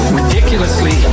ridiculously